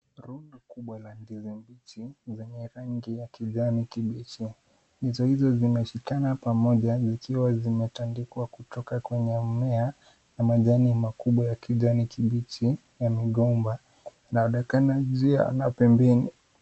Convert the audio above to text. Rundo kubwa la ndizi mbichi zenye rangi ya kijani kibichi. Ndizi hizo zimeshikana pamoja zikiwa zimetandikwa kutoka kwenye mmea na majani makubwa ya kijani kibichi ya migomba yanaonekana juu ya pembeni.